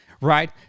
right